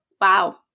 wow